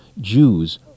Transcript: Jews